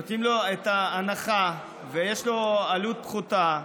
נותנים לו את ההנחה, ויש לו עלות פחותה,